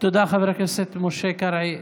תודה, חבר הכנסת משה קרעי.